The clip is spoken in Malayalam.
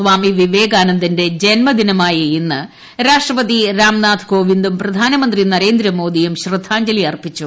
സ്വാമി വിവേകാന്ദന്റെ ജന്മദിനമായ രാഷ്ട്രപതി രാംനാഥ് കോവിന്ദും പ്രധാനമന്ത്രി ഇന്ന് നരേന്ദ്രമോദിയും ശ്രദ്ധാജ്ഞലി അർപ്പിച്ചു